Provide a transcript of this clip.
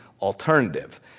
alternative